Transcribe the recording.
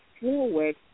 forward